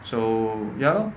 so ya lor